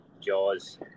Jaws